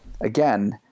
again